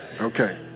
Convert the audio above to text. Okay